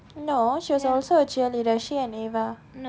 no she was also a cheerleader she and eva